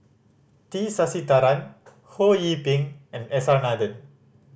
T Sasitharan Ho Yee Ping and S R Nathan